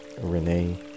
Renee